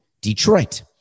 Detroit